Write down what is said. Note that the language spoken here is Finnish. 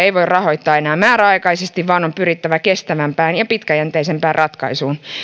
ei voi rahoittaa enää määräaikaisesti vaan on pyrittävä kestävämpään ja pitkäjänteisempään ratkaisuun